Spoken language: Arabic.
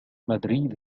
مدريد